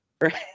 right